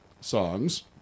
songs